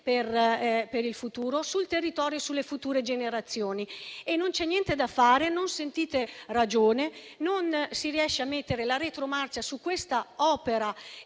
per il futuro sul territorio e sulle future generazioni. Non c'è niente da fare, non sentite ragione, non si riesce a mettere la retromarcia su questa opera